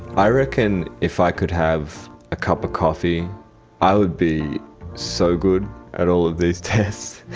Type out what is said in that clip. i reckon if i could have a cup of coffee i would be so good at all of these tests.